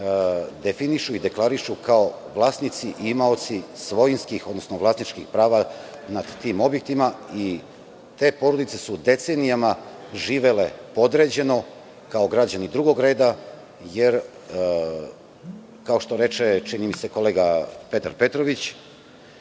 definišu i deklarišu kao vlasnici i imaoci svojinskih, odnosno vlasničkih prava nad tim objektima. Te porodice su decenijama živele podređeno, kao građani drugog reda, jer kao što reče, čini mi se, kolega Petar Petrović,